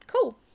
cool